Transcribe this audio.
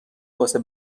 واسه